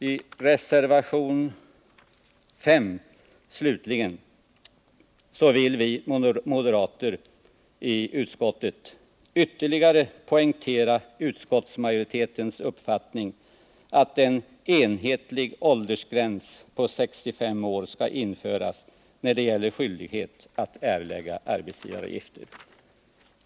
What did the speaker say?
I reservation nr 5 slutligen vill vi moderater i utskottet ytterligare poängtera utskottsmajoritetens uppfattning att en enhetlig åldersgräns på 65 år skall införas när det gäller skyldighet att erlägga arbetsgivaravgifter.